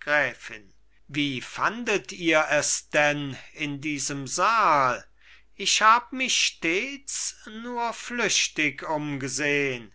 gräfin wie fandet ihr es denn in diesem saal ich hab mich stets nur flüchtig umgesehn